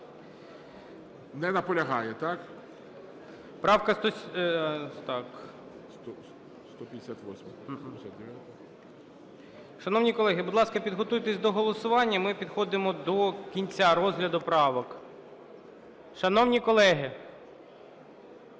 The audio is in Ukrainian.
ГОЛОВУЮЧИЙ. Правка … Шановні колеги, будь ласка, підготуйтесь до голосування. Ми підходимо до кінця розгляду правок. Шановні колеги!